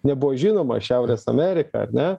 nebuvo žinoma šiaurės amerika ar ne